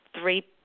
three